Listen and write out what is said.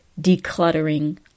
decluttering